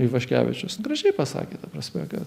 ivaškevičius gražiai pasakė ta prasme kad